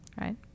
right